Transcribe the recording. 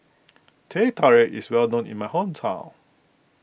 Teh Tarik is well known in my hometown